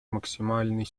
максимальной